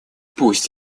пусть